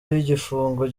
y’igifungo